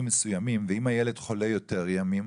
ואם הילד חולה יותר ימים,